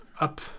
up